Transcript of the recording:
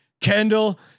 Kendall